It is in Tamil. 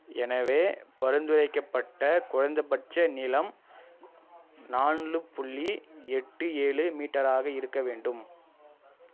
எனவே பரிந்துரைக்கப்பட்ட குறைந்தபட்ச நீளம் நாலு புள்ளி எட்டு ஏழு மீட்டராக இருக்க வேண்டும்